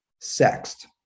sexed